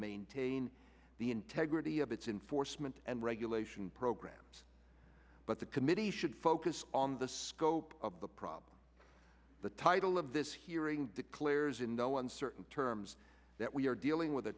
maintain the integrity of its enforcement and regulation programs but the committee should focus on the scope of the problem the title of this hearing declares in the uncertain terms that we are dealing with a